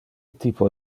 typo